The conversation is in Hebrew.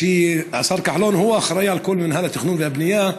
השר כחלון הוא האחראי לכל מינהל התכנון והבנייה,